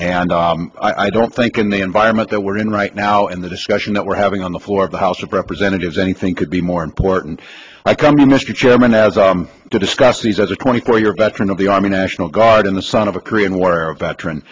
and i don't think in the environment that we're in right now and the discussion that we're having on the floor of the house of representatives anything could be more important i come to mr chairman as i discussed these as a twenty four year veteran of the army national guard and the son of a korean war veteran